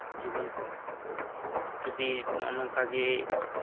ᱡᱩᱣᱟᱹᱱ ᱠᱚ ᱡᱩᱫᱤ ᱱᱚᱜᱼᱚᱸᱭ ᱱᱚᱝᱠᱟ ᱜᱮ